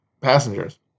passengers